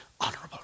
Honorable